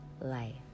life